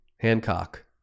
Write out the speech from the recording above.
Hancock